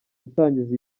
gutangiza